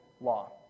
law